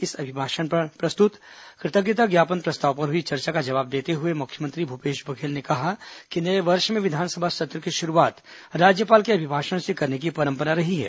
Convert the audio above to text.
इस अभिभाषण पर प्रस्तुत कृतज्ञता ज्ञापन प्रस्ताव पर हुई चर्चा का जवाब देते हुए मुख्यमंत्री भूपेश बघेल ने कहा कि नए वर्ष में विधानसभा सत्र की शुरूआत राज्यपाल के अभिभाषण से करने की परंपरा रही है